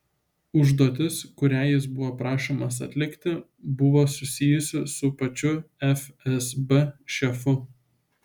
užduotis kurią jis buvo prašomas atlikti buvo susijusi su pačiu fsb šefu